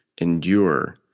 endure